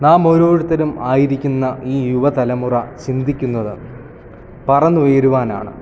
നാം ഓരോരുത്തരും ആയിരിക്കുന്ന ഈ യുവതലമുറ ചിന്തിക്കുന്നത് പറന്ന് ഉയരുവാൻ ആണ്